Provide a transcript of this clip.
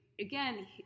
again